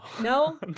No